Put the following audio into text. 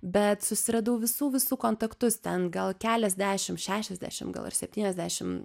bet susiradau visų visų kontaktus ten gal keliasdešim šešiasdešim gal ar septyniasdešim